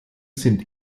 sind